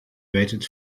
waited